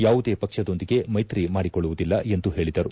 ಯಾವುದೇ ಪಕ್ಷದೊಂದಿಗೆ ಮೈತ್ರಿ ಮಾಡಿಕೊಳ್ಳುವುದಿಲ್ಲ ಎಂದು ಹೇಳಿದರು